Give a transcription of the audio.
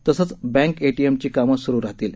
तसंच बँक एटीएमची कामं स्रु राहतील